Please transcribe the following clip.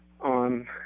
on